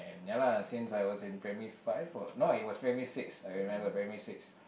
ya lah since I was in primary five or no it was primary six I remembered primary six